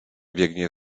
biegnie